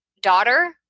daughter